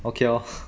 okay lor